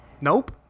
Nope